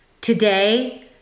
Today